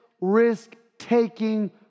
risk-taking